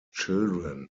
children